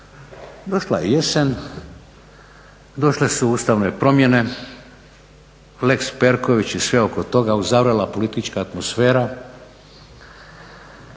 Došla je jesen, došle su ustavne promjene, lex Perković i sve oko toga, uzavrela politička atmosfera